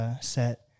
set